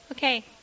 Okay